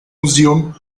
museum